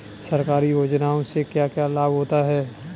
सरकारी योजनाओं से क्या क्या लाभ होता है?